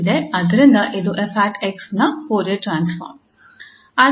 ಆದ್ದರಿಂದ ಇದು 𝑓̂𝑥 ನ ಫೋರಿಯರ್ ಟ್ರಾನ್ಸ್ಫಾರ್ಮ್